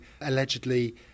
allegedly